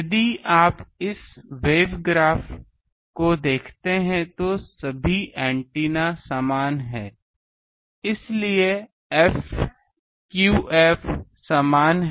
यदि आप इस वेव ग्राफ को देखते हैं कि ये सभी एंटीना समान हैं इसलिए f q f समान है